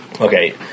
Okay